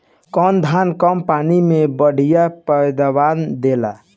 कौन धान कम पानी में बढ़या पैदावार देला?